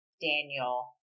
Daniel